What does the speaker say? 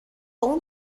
اون